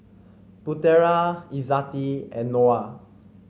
Putera Izzati and Noah